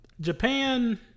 Japan